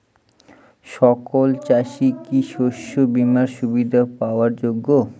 সকল চাষি কি শস্য বিমার সুবিধা পাওয়ার যোগ্য?